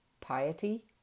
piety